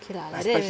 K lah